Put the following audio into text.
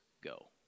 go